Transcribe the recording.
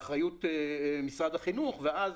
באחריות משרד החינוך ואז